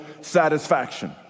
satisfaction